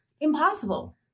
impossible